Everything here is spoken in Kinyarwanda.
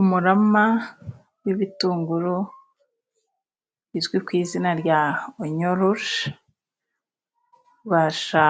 Umurama w'ibitunguru bizwi ku izina rya onyoruje, ubasha